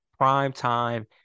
primetime